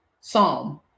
Psalm